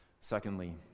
Secondly